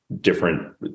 different